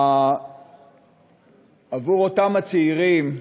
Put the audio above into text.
עבור אותם הצעירים,